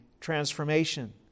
transformation